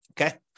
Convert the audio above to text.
Okay